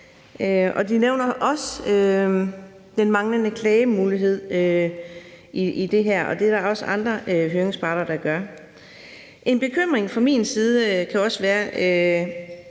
de nævner også den manglende klagemulighed i det her, og det er der også andre høringsparter, der gør. En bekymring fra min side kan også være,